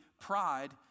pride